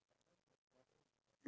yes